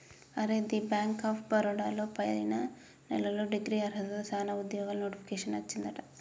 అరే the Bank of Baroda లో పైన నెలలో డిగ్రీ అర్హతతో సానా ఉద్యోగాలు నోటిఫికేషన్ వచ్చిందట